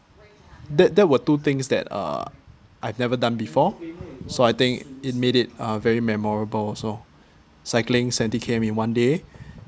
that that were two things that uh I've never done before so I think it made it a very memorable also cycling in one day